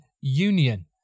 union